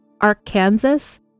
Arkansas